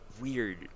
weird